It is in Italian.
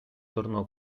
tornò